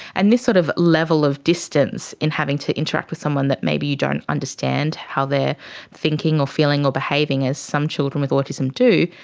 and this sort of level of distance in having to interact with someone that maybe you don't understand how they are thinking or feeling or behaving, as some children with autism do,